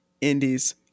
Indies